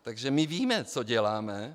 Takže my víme, co děláme.